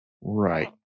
Right